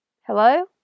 Hello